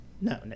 no